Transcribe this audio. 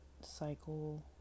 cycle